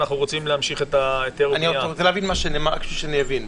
ואנחנו רוצים להמשיך את ההיתר --- רק שאני אבין.